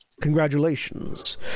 Congratulations